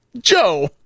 joe